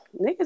niggas